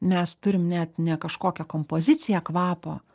mes turim net ne kažkokią kompoziciją kvapo